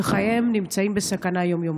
שחייהן נמצאים בסכנה יום-יומית.